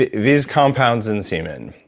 ah these compounds in the semen,